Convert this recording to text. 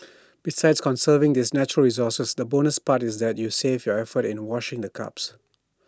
besides conserving this natural resource the bonus part is that you save your effort in washing the cups